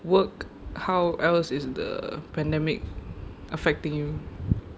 work how else is the pandemic